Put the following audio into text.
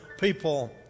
people